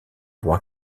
roi